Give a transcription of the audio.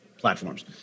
platforms